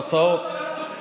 תוצאות.